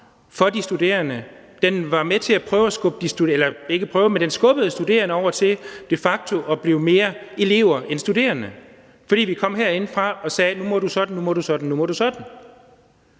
set stadig væk den var, men den satte nogle meget klare rammer for de studerende. Den skubbede studerende over til de facto at blive mere elever end studerende, fordi vi kom herindefra og sagde: Nu må du sådan, nu må du sådan, og nu må du sådan.